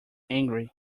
angry